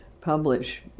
publish